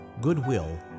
goodwill